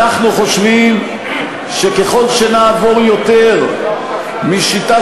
אנחנו חושבים שככל שנעבור יותר משיטה